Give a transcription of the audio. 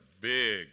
big